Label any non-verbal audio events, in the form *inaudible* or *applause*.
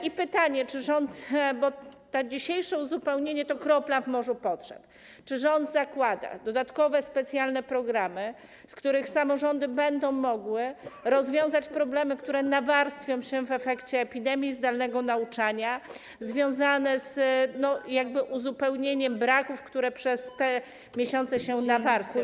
I pytanie, czy rząd, bo dzisiejsze uzupełnienie to kropla w morzu potrzeb, czy rząd zakłada dodatkowe specjalne programy, w których samorządy będą mogły rozwiązać problemy, które nawarstwią się *noise* w efekcie epidemii i zdalnego nauczania, związane z uzupełnieniem braków, które przez te miesiące się nawarstwią?